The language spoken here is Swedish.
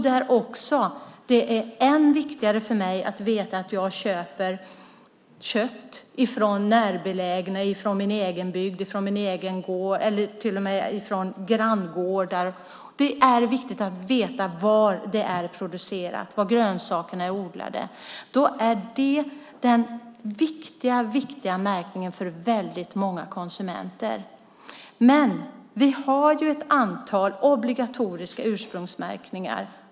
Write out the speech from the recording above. Det är än viktigare för mig att veta att jag köper kött från närbelägna gårdar i min egen bygd, till och med från granngårdar. Det är viktigt att veta var det är producerat och var grönsakerna är odlade. Det är den viktiga märkningen för väldigt många konsumenter. Men vi har ett antal obligatoriska ursprungsmärkningar.